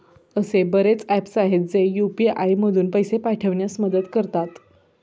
असे बरेच ऍप्स आहेत, जे यू.पी.आय मधून पैसे पाठविण्यास मदत करतात